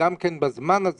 שבזמן הזה